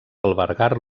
albergar